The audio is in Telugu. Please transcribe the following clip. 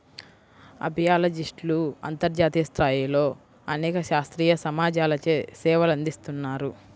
అపియాలజిస్ట్లు అంతర్జాతీయ స్థాయిలో అనేక శాస్త్రీయ సమాజాలచే సేవలందిస్తున్నారు